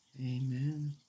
Amen